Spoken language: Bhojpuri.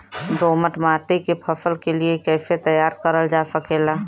दोमट माटी के फसल के लिए कैसे तैयार करल जा सकेला?